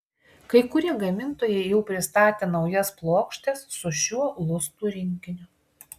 kai kurie gamintojai jau pristatė naujas plokštes su šiuo lustų rinkiniu